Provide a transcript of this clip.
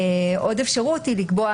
אפשרות אחרת היא לקבוע